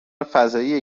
فضایی